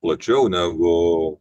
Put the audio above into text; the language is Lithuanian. plačiau negu